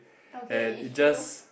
okay it's true